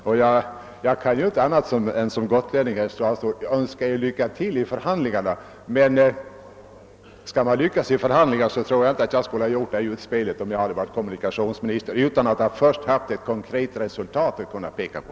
Som gotlänning kan jag inte göra annat, herr statsråd, än att önska Er lycka till vid förhandlingarna. Men för att skapa möjligheter att lyckas vid förhandlingarna tror jag inte att jag, om jag varit kommunikationsminister, skulle ha gjort detta utspel utan att först ha haft ett konkret förslag att kunna peka på.